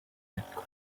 mecca